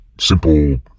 simple